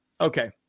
Okay